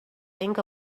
think